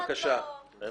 פעם